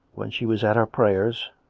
when she was at her prayers.